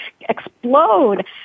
explode